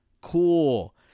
Cool